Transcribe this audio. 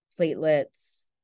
platelets